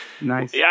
Nice